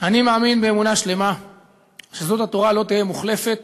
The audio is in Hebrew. אני מאמין באמונה שלמה שזאת התורה לא תהיה מוחלפת